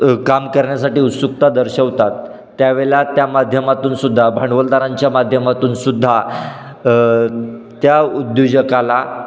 काम करण्यासाठी उत्सुकता दर्शवतात त्यावेळेला त्या माध्यमातूनसुद्धा भांडवलदारांच्या माध्यमातूनसुद्धा त्या उद्योजकाला